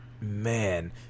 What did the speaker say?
man